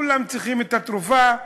כולם צריכים את התרופה: